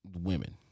women